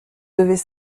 devait